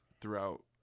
throughout